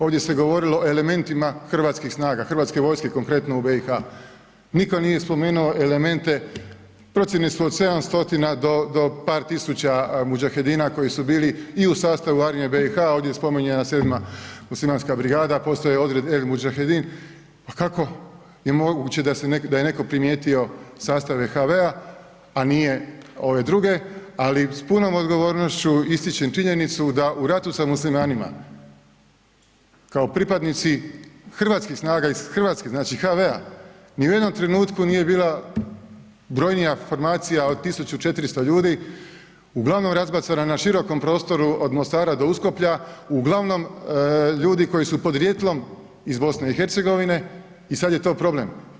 Ovdje se govorilo o elementima hrvatskih snaga, Hrvatske vojske konkretno u BiH, nitko nije spomenuo elemente procjene su od 700 do par tisuća Mudžahedina koji su bili i u sastavu Armije BiH ovdje je spominjana 7. Muslimanska brigada, postoji odred El mudžahedin, pa kako je moguće da je netko primijetio sastave HV-a, a nije ove druge, ali s punom odgovornošću ističem činjenicu da u ratu sa Muslimanima kao pripadnici hrvatskih snaga iz Hrvatske, znači HV-a ni u jednom trenutku nije bila brojnija formacija od 1.400 ljudi uglavnom razbacana na širokom prostoru od Mostara do Uskoplja, uglavnom ljudi koji su podrijetlom iz BiH i sad je to problem.